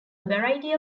variety